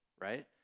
right